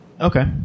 Okay